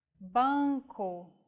Banco